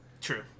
True